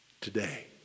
today